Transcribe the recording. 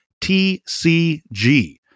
TCG